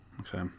Okay